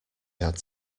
had